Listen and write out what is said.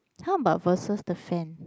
how about versus the fan